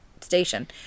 station